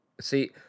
See